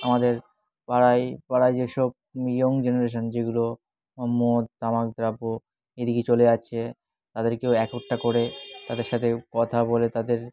আমাদের পাড়ায় পাড়ায় যেসব ইয়ং জেনারেশান যেগুলো মদ তামাক দ্রব্য এদিকে চলে যাচ্ছে তাদেরকেও একতা করে তাদের সাথে কথা বলে তাদের